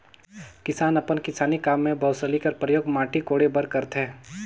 किसान अपन किसानी काम मे बउसली कर परियोग माटी कोड़े बर करथे